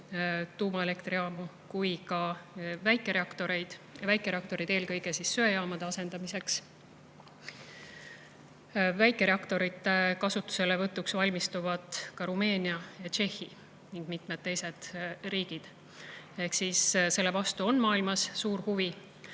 tuumaelektrijaamu kui ka väikereaktoreid. Väikereaktorid on eelkõige söejaamade asendamiseks. Väikereaktorite kasutuselevõtuks valmistuvad ka Rumeenia, Tšehhi ning mitmed teised riigid. Ehk siis selle vastu on maailmas suur huvi